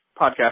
podcast